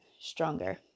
stronger